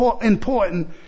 important